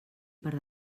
per